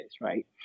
right